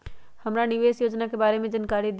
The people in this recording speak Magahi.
हमरा निवेस योजना के बारे में जानकारी दीउ?